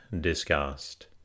discussed